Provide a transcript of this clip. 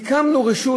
והקמנו רשות.